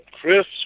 Chris